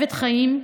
אוהבת חיים,